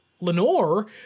Lenore